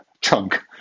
chunk